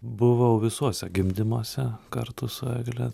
buvau visuose gimdymuose kartu su egle